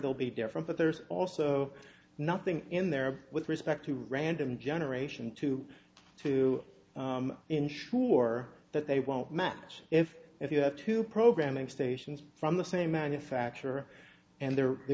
they'll be different but there's also nothing in there with respect to random generation two to ensure that they won't match if if you have two programming stations from the same manufacturer and they're the